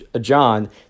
John